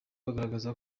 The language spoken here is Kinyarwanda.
bagaragaza